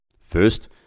First